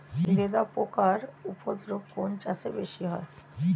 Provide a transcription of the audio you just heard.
লেদা পোকার উপদ্রব কোন চাষে বেশি হয়?